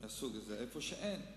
מהסוג הזה במקומות שאין בהם.